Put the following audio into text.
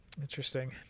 interesting